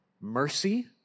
Mercy